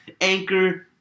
Anchor